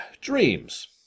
Dreams